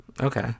Okay